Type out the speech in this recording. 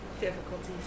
Difficulties